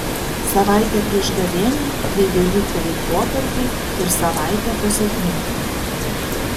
savaitę prieš gavėnią bei velykų laikotarpį ir savaitę po sekminių